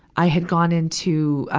i had gone into, ah,